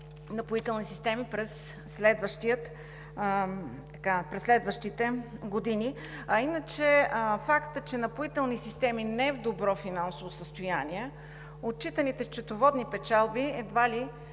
Напоителни системи през следващите години. Иначе фактът, че Напоителни системи не са в добро финансово състояние – отчитаните счетоводни печалби едва ли